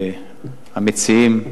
המציעים,